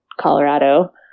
Colorado